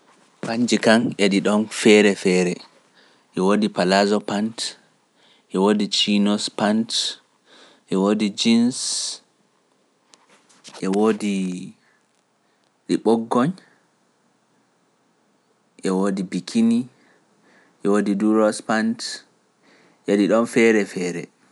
Pannji kam e ɗi ɗon feere-feere e woodi palaazo pant, e woodi jiinos pants e woodi jins, e woodi ɗi ɓokkon, e woodi pikini e woodi duros pant e ɗi ɗon feere-feere.